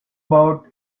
about